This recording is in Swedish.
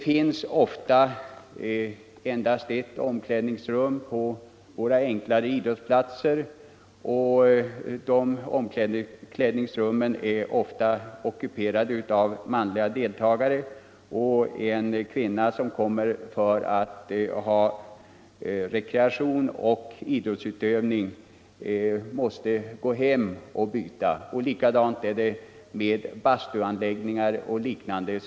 På våra enklare idrottsplatser finns i regel ett enda omklädnadsrum, som ofta är ockuperat av manliga deltagare. En kvinna, som vill utöva idrott och få rekreation, måste gå hem och byta. Likadant är det med bastuanläggningarna på idrottsanläggningarna.